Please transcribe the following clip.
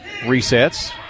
resets